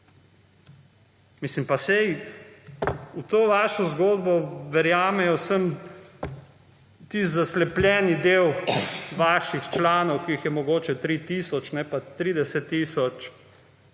Mislim, pa saj v to vašo zgodbo verjamejo samo tisti zaslepljeni del vaših članov, ki jih je mogoče 3 tisoč, ne pa 30 tisoč.